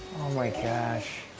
oh, my gosh.